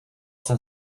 jsem